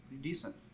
decent